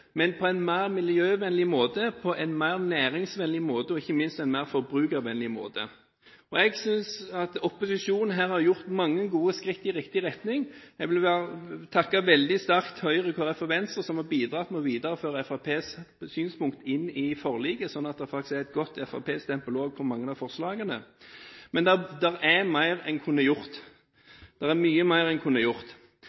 men på en mer miljøvennlig måte, på en mer næringsvennlig måte og ikke minst på en mer forbrukervennlig måte. Jeg synes at opposisjonen her har tatt mange gode skritt i riktig retning, Jeg vil rette en veldig stor takk til Høyre, Kristelig Folkeparti og Venstre, som har bidratt med å videreføre Fremskrittspartiets synspunkter inn i forliket, slik at det faktisk også er et godt fremskrittspartistempel på mange av forslagene. Men det er mye mer en kunne ha gjort.